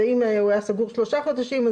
ואם הוא היה סגור שלושה חודשים,